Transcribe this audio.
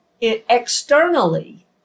externally